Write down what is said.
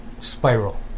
spiral